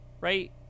right